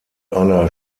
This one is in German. einer